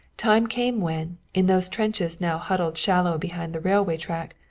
time came when, in those trenches now huddled shallow behind the railway track,